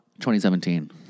2017